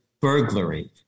burglary